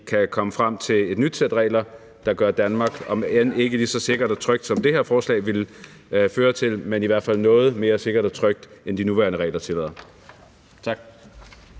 kan komme frem til et nyt sæt regler, der gør Danmark om end ikke lige så sikkert og trygt, som det her forslag ville føre til, så i hvert fald noget mere sikkert og trygt, end de nuværende regler tillader. Tak.